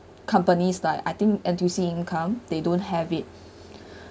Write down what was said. companies like I think N_T_U_C income they don't have it